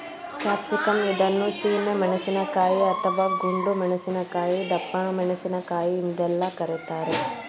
capsicum ಇದನ್ನು ಸೀಮೆ ಮೆಣಸಿನಕಾಯಿ, ಅಥವಾ ಗುಂಡು ಮೆಣಸಿನಕಾಯಿ, ದಪ್ಪಮೆಣಸಿನಕಾಯಿ ಎಂದೆಲ್ಲ ಕರಿತಾರೆ